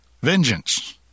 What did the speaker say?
vengeance